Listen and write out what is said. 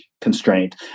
constraint